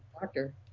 Doctor